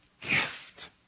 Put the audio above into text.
gift